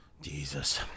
Jesus